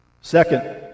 Second